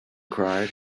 cried